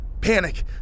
Panic